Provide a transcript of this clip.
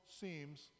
seems